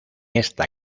esta